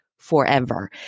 forever